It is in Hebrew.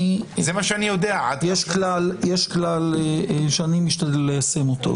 יש כלל שאני משתדל ליישם אותו,